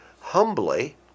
humbly